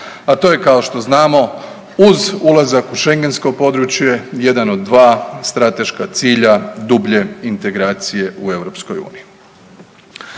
a to je kao što znamo uz ulazak u schengensko područje jedan od dva strateška cilja dublje integracije u EU.